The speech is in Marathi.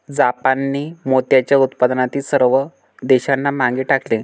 जापानने मोत्याच्या उत्पादनातील सर्व देशांना मागे टाकले